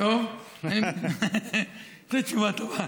טוב, זו תשובה טובה.